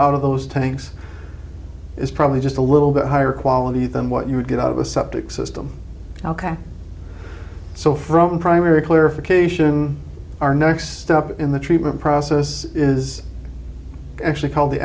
out of those tanks is probably just a little bit higher quality than what you would get out of a septic system ok so from primary clarification our next step in the treatment process is actually called the